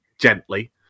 gently